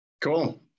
Cool